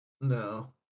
No